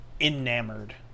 enamored